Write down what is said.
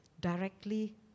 directly